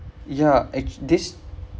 ya act~ this